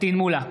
פטין מולא,